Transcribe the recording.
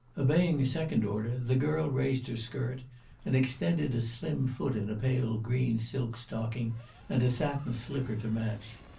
obeying a second order the girl raised her skirt and extended a slim foot in a pale-green silk stocking and a satin slipper to match.